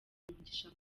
umugisha